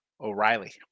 O'Reilly